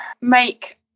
make